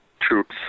troops